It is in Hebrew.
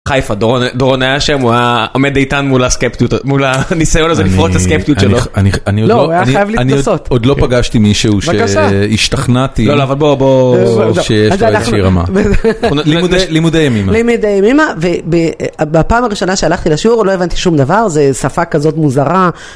חיפה דורון היה שם הוא היה עומד איתן מול הסקפטיות מול הניסיון הזה לפרוט הסקפטיות שלו. אני עוד לא פגשתי מישהו שהשתכנעתי שיש לו איזושהי רמה, לימודי ימימה. לימודי ימימה ובפעם הראשונה שהלכתי לשיעור לא הבנתי שום דבר זו שפה כזאת מוזרה.